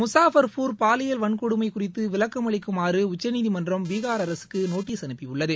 முகாஃபர்பூர் பாலியல் வன்கொடுமை குறித்து விளக்கம் அளிக்குமாறு உச்சநீதிமன்றம் பீகார் அரசுக்கு நோட்டீஸ் அனுப்பியுள்ளது